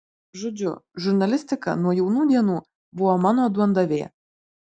žodžiu žurnalistika nuo jaunų dienų buvo mano duondavė